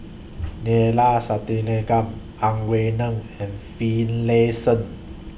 Neila Sathyalingam Ang Wei Neng and Finlayson